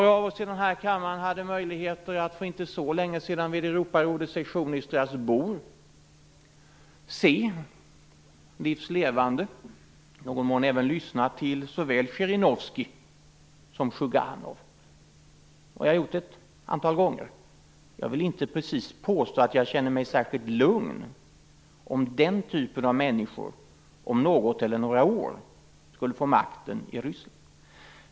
För inte länge sedan hade jag möjlighet att vid Europarådets session i Strasbourg se livs levande och i någon mån även lyssna till såväl Tjirinovskij som Tjuganov. Det har jag gjort ett antal gånger. Jag vill inte precis påstå att jag känner mig särskilt lugn ifall den typen av människor om något eller några år skulle få makten i Ryssland.